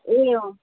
ए